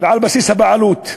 ועל בסיס הבעלות,